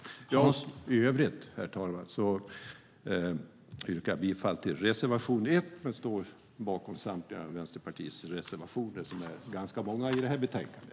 I övrigt, herr talman, yrkar jag bifall till reservation 1 men står bakom Vänsterpartiets samtliga reservationer som är ganska många i detta betänkande.